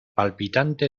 palpitante